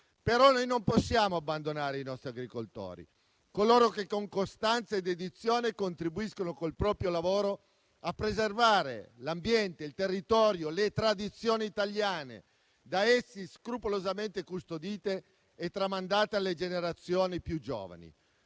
deal*. Non possiamo però abbandonare i nostri agricoltori, che con costanza e dedizione contribuiscono col proprio lavoro a preservare l'ambiente, il territorio e le tradizioni italiane che scrupolosamente custodiscono e tramandano alle generazioni più giovani.